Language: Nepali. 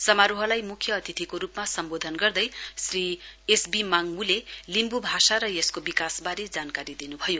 समारोहलाई मुख्य अतिथिको रूपमा सम्बोधन गर्दै श्री एसबी माङ्मूको लिम्ब् आषा र यसको विकासबारे जानकारी दिनुभयो